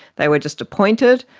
they were just appointed,